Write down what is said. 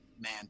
man